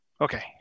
Okay